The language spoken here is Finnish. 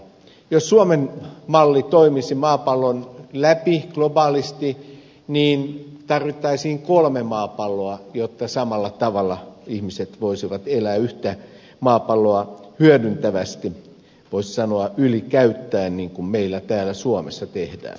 jos suomen malli toimisi maapallon läpi globaalisti niin tarvittaisiin kolme maapalloa jotta samalla tavalla ihmiset voisivat elää yhtä maapalloa hyödyntävästi voisi sanoa ylikäyttäen niin kuin meillä täällä suomessa tehdään